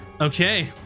Okay